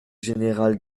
général